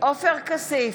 עופר כסיף,